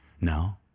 No